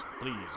Please